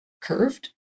curved